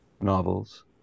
novels